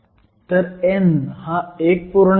तर n हा 1